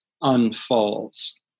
unfolds